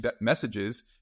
messages